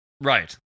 Right